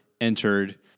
entered—